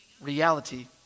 reality